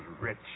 rich